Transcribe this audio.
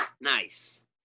nice